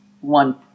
one